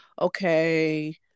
okay